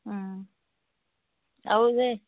আৰু যে